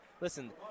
Listen